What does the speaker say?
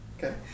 Okay